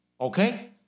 okay